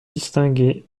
distinguer